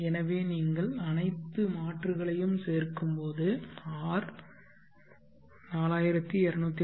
எனவே நீங்கள் அனைத்து மாற்றுகளையும் சேர்க்கும்போது R 4242